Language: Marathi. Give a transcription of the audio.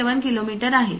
7 किलोमीटर आहे